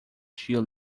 tia